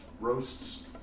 roasts